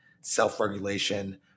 self-regulation